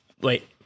wait